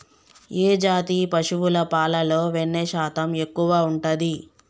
ఏ జాతి పశువుల పాలలో వెన్నె శాతం ఎక్కువ ఉంటది?